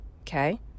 okay